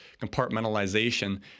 compartmentalization